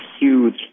huge